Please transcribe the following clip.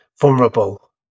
vulnerable